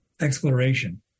exploration